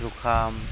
जुखाम